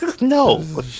No